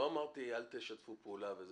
לא אמרתי "אל תשתפו פעולה".